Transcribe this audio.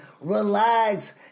Relax